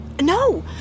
No